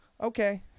Okay